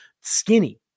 skinny